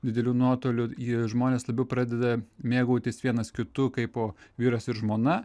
didelių nuotolių jie žmonės labiau pradeda mėgautis vienas kitu kaipo vyras ir žmona